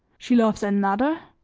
she loves another?